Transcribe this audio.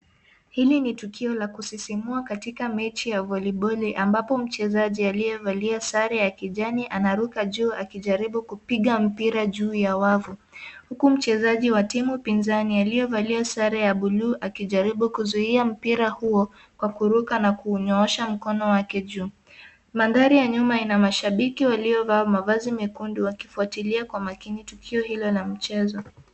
Hili ni tukio la kusisimua katika mechi ya voliboli ambapo mchezaji aliyevalia sare ya kijani anaruka juu akijaribu kupiga mpira juu ya wavu huku mchezaji wa timu mpizani aliyevalia sare ya buluu akijaribu kuzuia mpira huo kwa kuruka na kunyoosha mkono wake juu. Mandhari ya nyuma ina mashabiki waliovaa mavazi mekundu wakifuatilia kwa makini tukio hilo la mchezo.